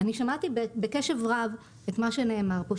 אני שמעתי בקשב רב את מה שנאמר פה,